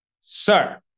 Sir